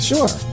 Sure